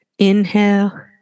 Inhale